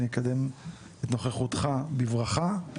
אני אקדם את נוכחותך בברכה.